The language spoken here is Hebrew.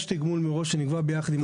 יש תגמול מראש שנקבע ביחד עם האוצר.